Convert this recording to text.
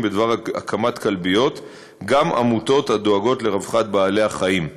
בדבר הקמת כלביות גם עמותות הדואגות לרווחת בעלי-החיים.